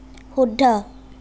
শুদ্ধ